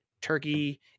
turkey